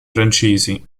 francesi